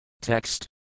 Text